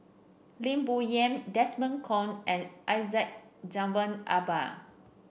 Lim Bo Yam Desmond Kon and Syed Jaafar Albar